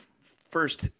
first